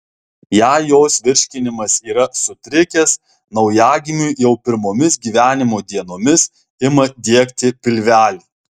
jei jos virškinimas yra sutrikęs naujagimiui jau pirmomis gyvenimo dienomis ima diegti pilvelį